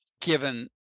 given